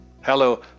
Hello